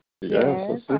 Yes